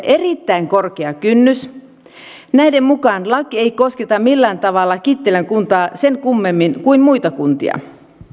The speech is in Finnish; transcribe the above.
erittäin korkea kynnys näiden mukaan laki ei kosketa millään tavalla kittilän kuntaa sen kummemmin kuin muita kuntia